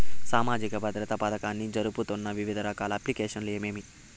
సామాజిక భద్రత పథకాన్ని జరుపుతున్న వివిధ రకాల అప్లికేషన్లు ఏమేమి?